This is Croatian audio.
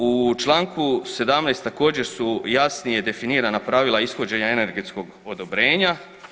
U čl. 17. također su jasnije definirana pravila ishođenja energetskog odobrenja.